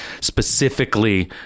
specifically